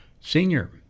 senior